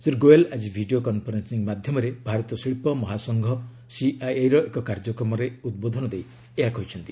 ଶ୍ରୀ ଗୋଏଲ୍ ଆଜି video conferencing ମାଧ୍ୟମରେ ଭାରତୀୟ ଶିଳ୍ପ ମହାସଂଘ ସିଆଇଆଇର ଏକ କାର୍ଯ୍ୟକ୍ରମରେ ଉଦ୍ବୋଧନ ଦେଇ ଏହା କହିଛନ୍ତି